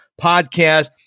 podcast